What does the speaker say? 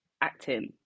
acting